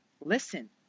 listen